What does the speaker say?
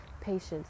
patience